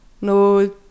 no